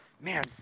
Man